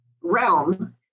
realm